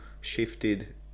shifted